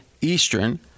Eastern